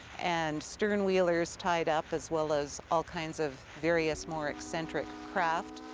and stern wheelers tied up as well as all kinds of various more eccentric craft.